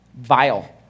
vile